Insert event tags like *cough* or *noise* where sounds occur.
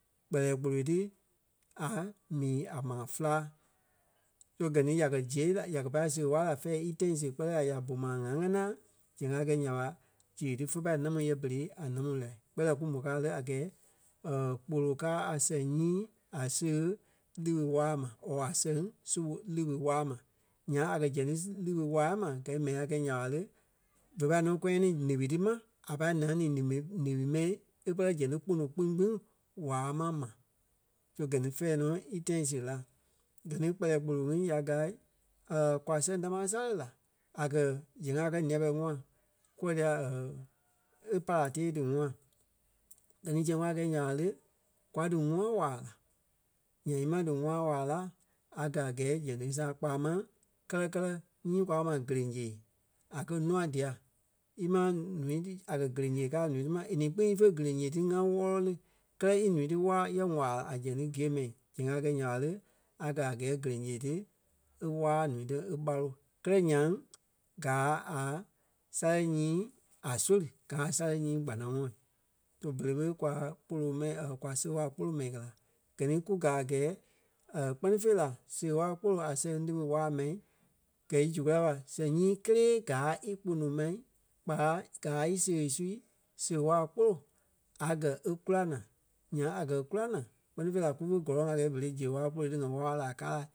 kpɛlɛɛ gboloi ti a mii a maa féla. So gɛ ni ya kɛ ziɣe la- ya kɛ pâi seɣe waa la fɛ̂ɛ í tãi siɣe kpɛɛ la ya bu mai a ŋa ŋanaa zɛŋ a kɛ nya ɓa, zeɣe ti fé pâi námu yɛ berei a namu kpɛɛ la kú mò káa le a gɛɛ *hesitation* kpolo káa a sɛŋ nyii a zeɣe líɓi waa ma or a sɛŋ su líɓi waa ma. Nyaŋ a kɛ̀ zɛŋ ti líɓi waa ma gɛi mɛni a kɛi nya ɓa le, ve pâi nɔ kɔyanii líɓi ti ma a pâi nɛ̂ni lími- líɓi mɛi e pere zɛŋ ti kpono kpîŋ kpîŋ waai ma mai. So gɛ ni fɛ̂ɛ nɔ í tãi siɣe la. Gɛ ni kpɛlɛɛ kpolo ŋi ya gâa *hesitation* kwa sɛŋ tamaa sale la a kɛ̀ zɛŋ a kɛ̀ nîa-pɛlɛɛ ŋua kukɛ dia *hesitation* e pala tɛɛ díŋua. Gɛ ni zɛŋ kwa gɛi nya ɓa le, kwa díŋua waa la. Nyaŋ ímaa díŋua waa la, a gaa a gɛɛ zɛŋ ti e sàa kpaa máŋ kɛlɛ-kɛlɛ nyii kwa kɛ́ ma gere-yee a kɛ̀ nûa dia. Ímaa ǹúui ti a kɛ̀ gere-yee káa ǹúu ti ma. E ni kpîŋ ífe gere-yee ti ŋa wɔlɔ ni kɛ́lɛ í ǹúu ti waa í kɛ waa a zɛŋ ti gîe mɛi, zɛŋ a kɛ nya ɓa le, a gaa a gɛɛ gere-yee ti e waa ǹúui ti e ɓalo. Kɛlɛ nyaŋ, gáa a sale nyii a sóli gaa a sale nyii kpanaŋɔɔi. So berei ɓé kwa kpolo mɛni *hesitation* kwa seɣe waa kpolo mɛni kɛ la. Gɛ ni kú gaa a gɛɛ kpɛ́ni fêi la seɣe waa kpolo a sɛŋ líɓi waa mɛi gɛ̂i zu kulai ɓa, sɛŋ nyii kélee gáa í kpono mai kpaa gáa í seɣe su, seɣe waa kpolo a gɛ̀ e kula naa. Nyaŋ a kɛ̀ kula naa kpɛ́ni fêi la kufe gɔlɔŋ a gɛɛ berei seɣe waa kpolo ti ŋa wála-wala laa kaa la.